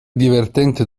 divertente